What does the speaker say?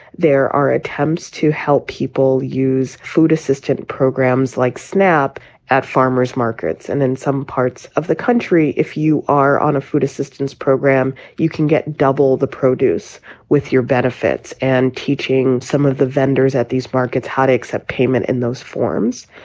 there are attempts to help people use food assistance programs like snap at farmer's markets and then some parts of the country. if you are on a food assistance program, you can get double the produce with your benefits and teaching some of the vendors at these markets how to accept payment in those forms.